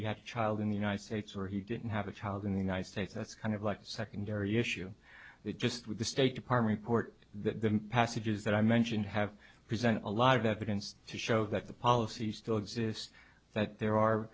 you had a child in the united states or he didn't have a child in the united states that's kind of like a secondary issue that just with the state department court that the passages that i mentioned have present a lot of evidence to show that the policy still exists that there are